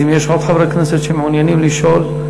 אז אם יש עוד חברי כנסת שמעוניינים לשאול,